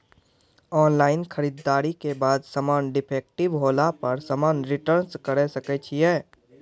Online खरीददारी के बाद समान डिफेक्टिव होला पर समान रिटर्न्स करे सकय छियै?